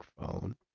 phone